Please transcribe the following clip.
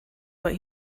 what